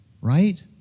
right